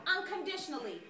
unconditionally